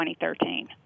2013